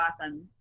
awesome